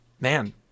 man